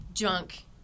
junk